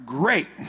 great